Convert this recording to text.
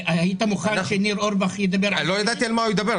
היית מוכן שניר אורבך ידבר --- לא ידעתי על מה הוא ידבר.